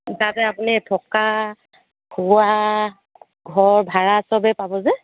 তাতে আপুনি থকা খোৱা ঘৰ ভাড়া সবেই পাব যে